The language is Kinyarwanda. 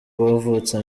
bavutse